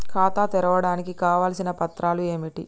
ఖాతా తెరవడానికి కావలసిన పత్రాలు ఏమిటి?